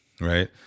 right